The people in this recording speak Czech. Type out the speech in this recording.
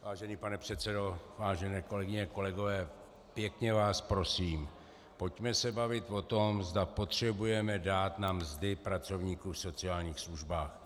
Vážený pane předsedo, vážené kolegyně, kolegové, pěkně vás prosím, pojďme se bavit o tom, zda potřebujeme dát na mzdy pracovníků v sociálních službách.